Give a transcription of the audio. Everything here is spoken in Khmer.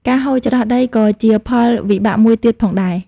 ការហូរច្រោះដី ក៏ជាផលវិបាកមួយទៀតផងដែរ។